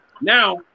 Now